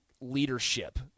leadership